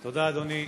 תודה, אדוני.